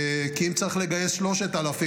כי אם צריך לגייס 3,000,